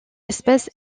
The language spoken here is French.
espèce